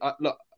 look